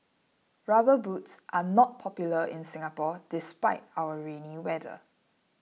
rubber boots are not popular in Singapore despite our rainy weather